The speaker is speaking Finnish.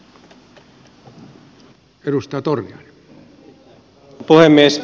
arvoisa puhemies